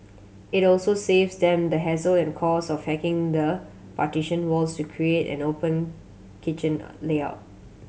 it also saves them the hassle and cost of hacking the partition walls to create an open kitchen layout